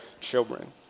children